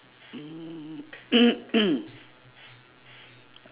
mm